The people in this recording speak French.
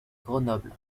grenoble